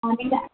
ആ നില്ല